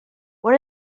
what